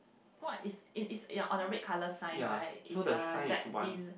what is is is the ya on the red color sign right it's a like this